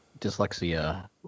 dyslexia